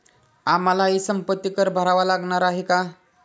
आम्हालाही संपत्ती कर भरावा लागणार आहे का?